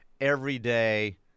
everyday